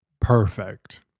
Perfect